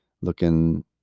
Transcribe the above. looking